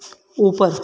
ऊपर